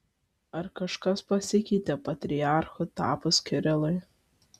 ar kažkas pasikeitė patriarchu tapus kirilui